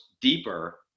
deeper